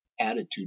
attitude